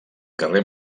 carrer